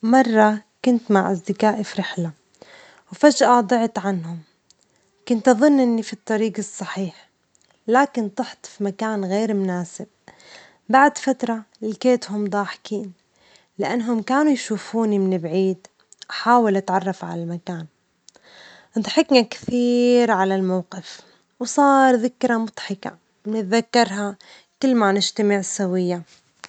مرة كنت مع أصدجائي في رحلة، وفجأة ضعت عنهم، كنت أظن إني في الطريق الصحيح، لكن طحت في مكان غير مناسب، بعد فترة لجيتهم ضاحكين، لأنهم كانوا يشوفوني من بعيد أحاول أتعرف على المكان، ضحكنا كثير على الموجف، وصار ذكرى مضحكة نتذكرها كل ما نجتمع سويًا.